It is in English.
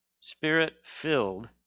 spirit-filled